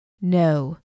No